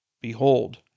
Behold